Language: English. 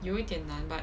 有一点难 but